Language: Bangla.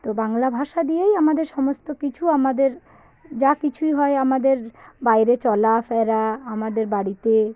তো বাংলা ভাষা দিয়েই আমাদের সমস্ত কিছু আমাদের যা কিছুই হয় আমাদের বাইরে চলা ফেরা আমাদের বাড়িতে